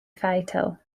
fatal